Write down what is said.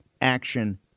action